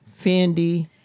Fendi